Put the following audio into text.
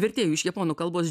vertėjui iš japonų kalbos